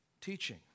teaching